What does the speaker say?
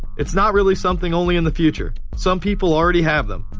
it's not really something only in the future. some people already have them,